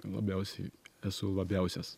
labiausiai esu labiausias